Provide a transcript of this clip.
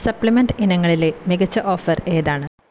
supplement ഇനങ്ങളിലെ മികച്ച offer ഏതാണ്